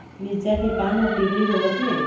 मिरचा के पान हर पिवरी होवथे?